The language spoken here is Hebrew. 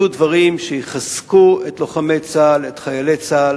יהיו דברים שיחזקו את לוחמי צה"ל, את חיילי צה"ל,